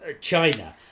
China